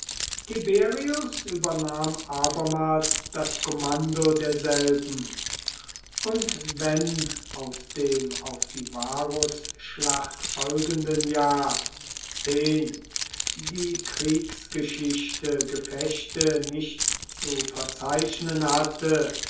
tiberius übernahm abermals das kommando derselben und wenn aus dem auf die varusschlacht folgenden jahr die kriegsgeschichte gefechte nicht zu verzeichnen hatte